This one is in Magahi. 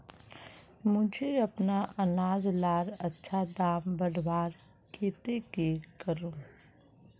मुई अपना अनाज लार अच्छा दाम बढ़वार केते की करूम?